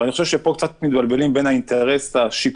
אבל אני חושב שפה קצת מתבלבלים בין האינטרס השיקומי,